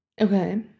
Okay